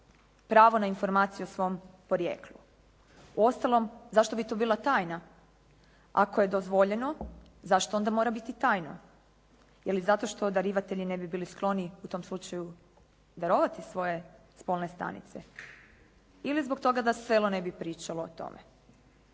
pravo na informaciju o svom porijeklu. Uostalom, zašto bi to bila tajna ako je dozvoljeno. Zašto onda mora biti tajno ili zato što darivatelji ne bi bili skloni u tom slučaju darovati svoje spolne stanice ili zbog toga da selo ne bi pričalo o tome.